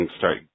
start